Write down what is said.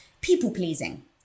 people-pleasing